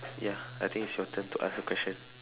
ya I think it's your turn to ask a question